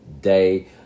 day